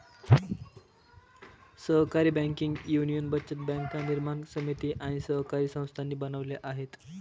सहकारी banking union बचत बँका निर्माण समिती आणि सहकारी संस्थांनी बनवल्या आहेत